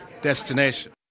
destination